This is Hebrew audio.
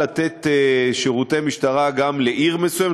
לתת שירותי משטרה גם לעיר מסוימת,